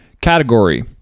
category